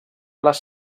les